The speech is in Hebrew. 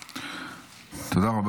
תודה רבה.